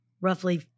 roughly